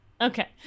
Okay